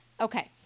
Okay